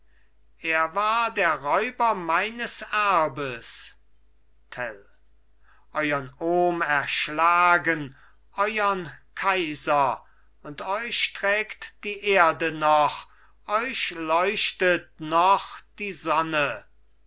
er war der räuber meines erbes tell euren ohm erschlagen euern kaiser und euch trägt die erde noch euch leuchtet noch die sonne